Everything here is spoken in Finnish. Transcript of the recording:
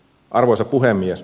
arvoisa puhemies